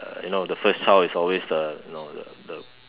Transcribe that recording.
uh you know the first child is always the you know the the